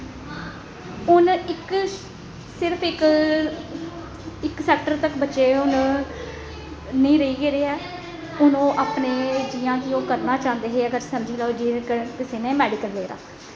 हून इक सिर्फ इक इक सैक्टर तक बच्चे हून नेईं रेही गेदे ऐ हून ओह् अपने जियां कि ओह् करना चांह्दे हे अगर समझी लैओ कुसै ने मैडिकल लेदा